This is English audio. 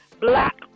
black